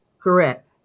Correct